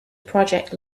project